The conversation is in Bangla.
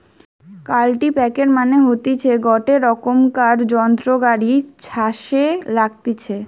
কাল্টিপ্যাকের মানে হতিছে গটে রোকমকার যন্ত্র গাড়ি ছাসে লাগতিছে